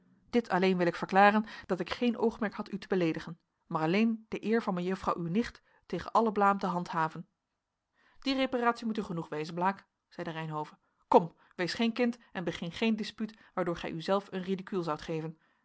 dit alleen wil ik verklaren dat ik geen oogmerk had u te beleedigen maar alleen de eer van mejuffrouw uwe nicht tegen alle blaam te handhaven die reparatie moet u genoeg wezen blaek zeide reynhove kom wees geen kind en begin geen dispuut waardoor gij u zelf een ridicule zoudt geven